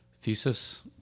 thesis